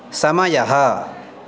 समयः